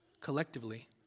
collectively